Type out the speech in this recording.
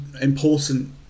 important